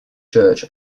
church